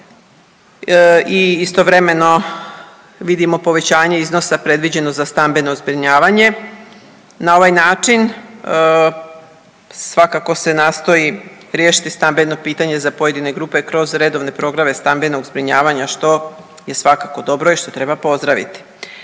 i istovremeno vidimo povećanje iznosa predviđeno za stambeno zbrinjavanje. Na ovaj način svakako se nastoji riješiti stambeno pitanje za pojedine grupe kroz redovne programe stambenog zbrinjavanja što je svakako dobro i što treba pozdraviti.